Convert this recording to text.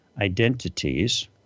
identities